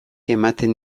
ematen